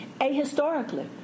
ahistorically